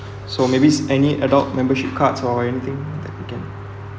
so maybe is any adult membership cards or anything that I can